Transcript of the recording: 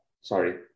sorry